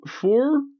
four